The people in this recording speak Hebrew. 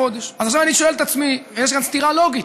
אדוני היושב-ראש,